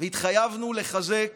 והתחייבנו לחזק